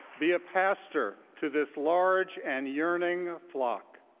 be a pastor to this large and yearning flock.